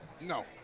No